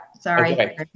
sorry